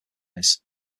his